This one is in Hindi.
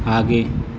आगे